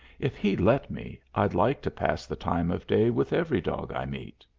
if he'd let me, i'd like to pass the time of day with every dog i meet.